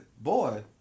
boy